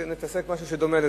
נתעסק במשהו שדומה לזה.